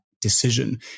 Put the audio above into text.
decision